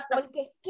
porque